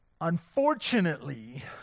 Unfortunately